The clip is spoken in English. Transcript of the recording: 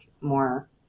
more